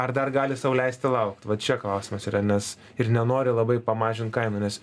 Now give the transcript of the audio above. ar dar gali sau leisti laukt va čia klausimas yra nes ir nenori labai pamažint kainų nes